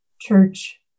church